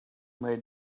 may